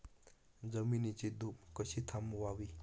जमिनीची धूप कशी थांबवावी?